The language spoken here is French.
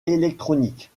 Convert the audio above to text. électronique